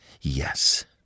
Yes